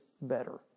better